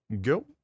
go